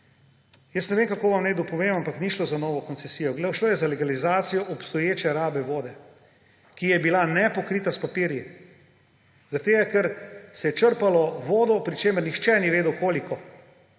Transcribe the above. Jaz ne vem, kako vam naj dopovem, ampak ni šlo za novo koncesijo, šlo je za legalizacijo obstoječe rabe vode, ki je bila nepokrita s papirji, ker se je črpalo vodo, pri čemer nihče ni vedel, koliko.